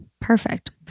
Perfect